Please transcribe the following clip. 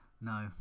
No